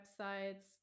websites